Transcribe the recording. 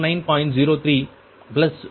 03 49